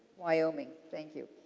wyoming, thank you.